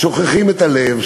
שוכחים את הלב,